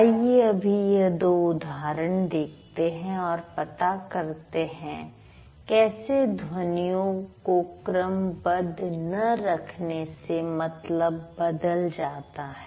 आइए अभी यह दो उदाहरण देखते हैं और पता करते हैं कैसे ध्वनियों को क्रमबद्ध न रखने से मतलब बदल जाता है